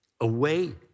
away